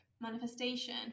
manifestation